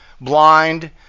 blind